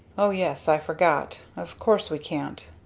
o yes i forget. of course we can't.